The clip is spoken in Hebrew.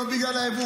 לא בגלל היבוא,